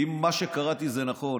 אם מה שקראתי נכון,